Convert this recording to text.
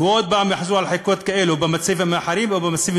ועוד פעם יחזרו על חוקים כאלו במצבים אחרים ובמצבים